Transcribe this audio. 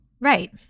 Right